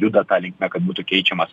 juda ta linkme kad būtų keičiamas